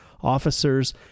officers